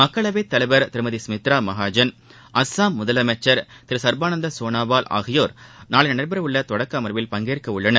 மக்களவைதலைவர் திருமதிசுமித்ராமகாஜன் அசாம் முதலமைச்சர் திருசர்பானந்தசோனோவால் ஆகியோர் நாளைநடைபெறவுள்ளதொடக்கஅமர்வில் பங்கேற்கஉள்ளனர்